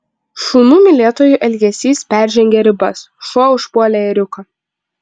šunų mylėtojų elgesys peržengė ribas šuo užpuolė ėriuką